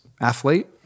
athlete